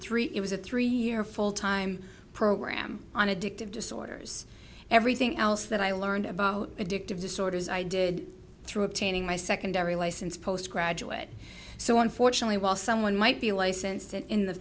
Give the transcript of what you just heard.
three it was a three year full time program on addictive disorders everything else that i learned about addictive disorders i did through obtaining my secondary license postgraduate so unfortunately while someone might be a licensed in